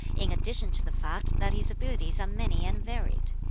in addition to the fact that his abilities are many and varied.